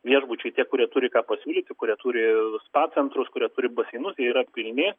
viešbučiai tie kurie turi ką pasiūlyti kurie turi spa centrus kurie turi baseinus jie yra pilni